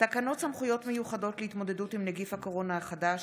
תקנות סמכויות מיוחדות להתמודדות עם נגיף הקורונה החדש